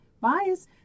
bias